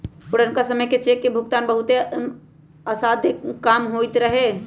पुरनका समय में चेक के भुगतान बहुते असाध्य काम होइत रहै